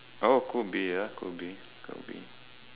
oh could be ya could be could be